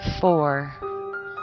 Four